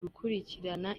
gukurikirana